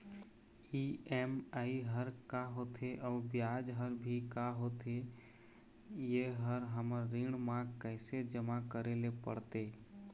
EMI हर का होथे अऊ ब्याज हर भी का होथे ये हर हमर ऋण मा कैसे जमा करे ले पड़ते?